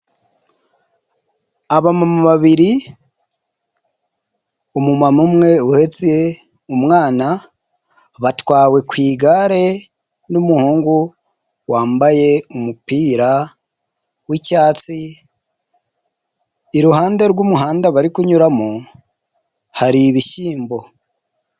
Abamama babiri, umumamo umwe uhetse umwana batwawe ku igare n'umuhungu wambaye umupira w'icyatsi. Iruhande rw'umuhanda bari kunyuramo hari ibishyimbo.